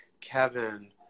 Kevin